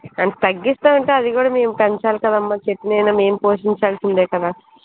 ఎంత తగ్గిస్తా అంటే అది కూడా మేము పెంచాలి కదమ్మా చెట్టునయినా మేము పోషించాలిసిందే కదా